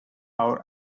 our